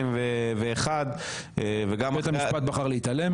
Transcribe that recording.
בשנת 2001. בית המשפט בחר להתעלם מזה.